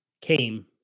came